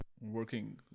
working